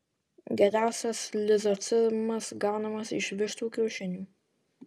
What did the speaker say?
geriausias lizocimas gaunamas iš vištų kiaušinių